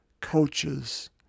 coaches